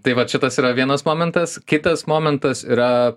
tai va čia tas yra vienas momentas kitas momentas yra